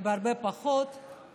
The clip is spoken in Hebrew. בהרבה פחות קלות.